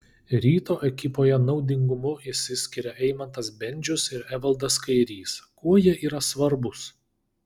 ryto ekipoje naudingumu išsiskiria eimantas bendžius ir evaldas kairys kuo jie yra svarbūs